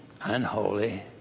unholy